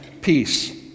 peace